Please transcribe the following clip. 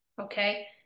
okay